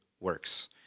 works